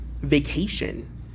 vacation